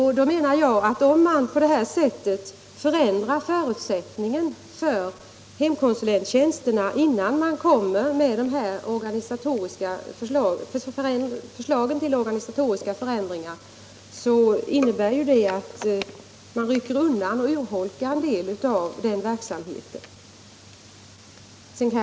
Därför menar jag att om man på det här sättet förändrar förutsättningen för hemkonsulenttjänsterna innan man kommer med förslag till organisatoriska förändringar, innebär det att man rycker undan grunden för eller urholkar den verksamheten.